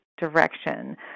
direction